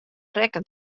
rekken